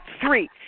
three